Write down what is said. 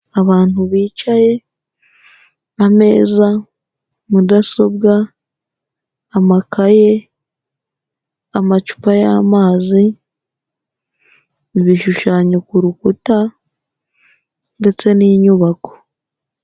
Abantu bicaye, ameza, mudasobwa, amakaye, amacupa y'amazi, ibishushanyo ku rukuta ndetse n'inyubako.